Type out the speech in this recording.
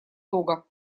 того